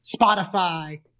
Spotify